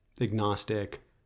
agnostic